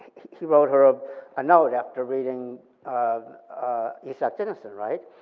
he wrote her a ah note after reading um isak dinesen, right?